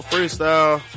Freestyle